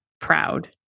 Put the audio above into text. proud